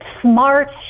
smart